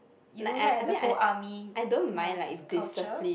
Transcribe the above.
you don't like the whole army kind of culture